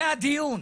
זה הדיון,